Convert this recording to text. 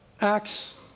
Acts